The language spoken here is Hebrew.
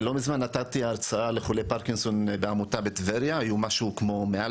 אפילו נשלח אותן לשיקום של כמה ימים,